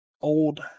old